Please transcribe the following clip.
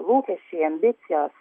lūkesčiai ambicijos